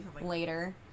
later